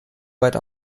weit